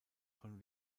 von